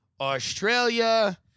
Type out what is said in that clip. Australia